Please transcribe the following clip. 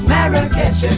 Marrakesh